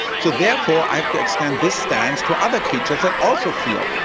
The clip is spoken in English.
so therefore i have to extend this stance to other creatures that also feel,